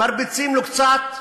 מרביצים לו קצת,